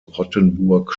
rottenburg